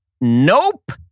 Nope